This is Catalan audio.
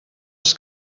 als